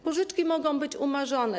Pożyczki mogą być umorzone.